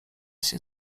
się